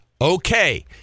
Okay